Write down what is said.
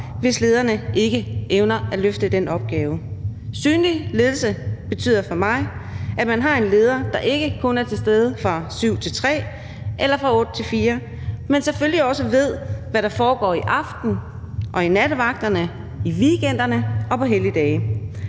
hvis lederne ikke evner at løfte den opgave. Synlig ledelse betyder for mig, at man har en leder, der ikke kun er til stede fra 7 til 15 eller fra 8 til 16, men selvfølgelig også ved, hvad der foregår om aftenen og om natten, i weekenderne og på helligdage